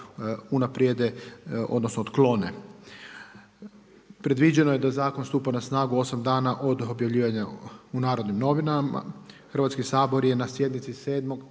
unaprijede odnosno otklone. Predviđeno je da zakon stupa na snagu osam dana od objavljivanja u NN, Hrvatski sabor je na sjednici 7.